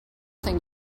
thing